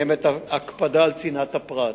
יש הקפדה על צנעת הפרט,